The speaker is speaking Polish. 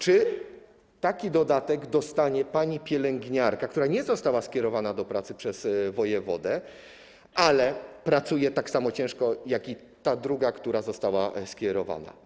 Czy taki dodatek dostanie pani pielęgniarka, która nie została skierowana do pracy przez wojewodę, ale pracuje tak samo ciężko jak i ta druga, która została skierowana?